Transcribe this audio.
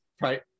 right